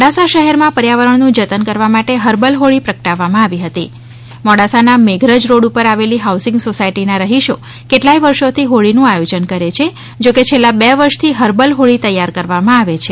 મોડાસા શહેરમાં પર્યાવરણનું જતન કરવા માટે હર્બલ હોળી પ્રગટાવવામાં આવી હતી મોડાસાના મેઘરજ રોડ પર આવેલી હાઉસિંગ સોસાયટીના રહીશો કેટલાય વર્ષોથી હોળીનું આયોજન કરે છે જોકે છેલ્લા બે વર્ષથી હર્બલ હોળી તૈયાર કરવામાં આવે છે